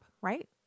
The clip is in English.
right